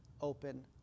open